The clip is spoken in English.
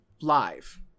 Live